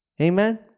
Amen